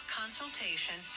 consultation